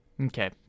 Okay